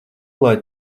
lai